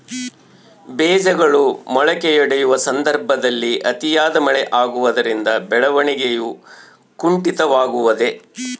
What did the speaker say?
ಬೇಜಗಳು ಮೊಳಕೆಯೊಡೆಯುವ ಸಂದರ್ಭದಲ್ಲಿ ಅತಿಯಾದ ಮಳೆ ಆಗುವುದರಿಂದ ಬೆಳವಣಿಗೆಯು ಕುಂಠಿತವಾಗುವುದೆ?